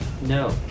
No